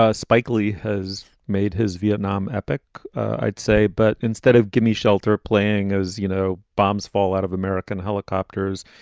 ah spike lee has made his vietnam epic, i'd say, but instead of gimme shelter playing, as you know, bombs fall out of american helicopters.